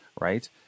right